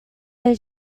did